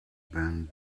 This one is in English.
been